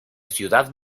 ciudad